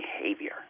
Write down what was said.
behavior